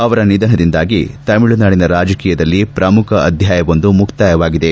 ಅವರ ನಿಧನದಿಂದ ತಮಿಳುನಾಡಿನ ರಾಜಕಾರಣದಲ್ಲಿ ಪ್ರಮುಖ ಅಧ್ಯಾಯವೊಂದು ಮುಕ್ತಾಯವಾಗಿದೆ